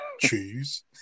choose